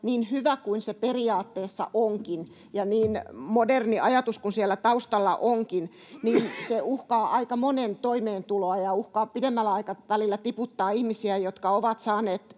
niin hyvä kuin se periaatteessa onkin, ja niin moderni ajatus kuin siellä taustalla onkin — uhkaa aika monen toimeentuloa ja uhkaa pidemmällä aikavälillä tiputtaa ihmisiä, jotka ovat saaneet